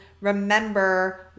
remember